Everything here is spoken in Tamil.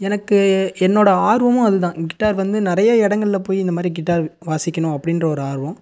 எனக்கு என்னோட ஆர்வமும் அது தான் கிட்டார் வந்து நிறைய இடங்கள்ல போய் இந்த மாதிரி கிட்டார் வாசிக்கணும் அப்படின்ற ஒரு ஆர்வம்